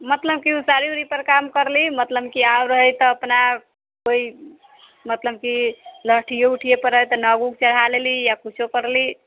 मतलब कि उ साड़ी उड़ीपर काम करली मतलब कि आब रहे तऽ अपना कोइ मतलब कि लहठीए उहठीपर हइ तऽ नग उग चढ़ा लेली या कुछो करली